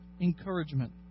encouragement